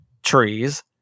trees